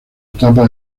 etapa